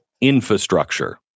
infrastructure